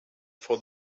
for